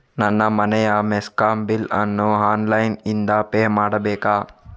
ನನ್ನ ಮನೆಯ ಮೆಸ್ಕಾಂ ಬಿಲ್ ಅನ್ನು ಆನ್ಲೈನ್ ಇಂದ ಪೇ ಮಾಡ್ಬೇಕಾ?